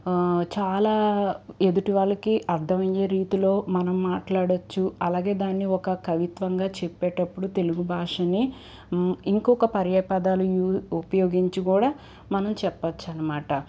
చాలా ఎదుటి వాళ్లకి అర్ధమయ్యే రీతిలో మనం మాట్లాడవచ్చు అలాగే దాన్ని ఒక కవిత్వంగా చెప్పేటప్పుడు తెలుగు భాషను ఇంకొక పర్యాయ పదాలు ఉ ఉపయోగించి కూడా మనం చెప్పొచ్చు అనమాట